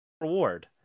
reward